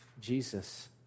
Jesus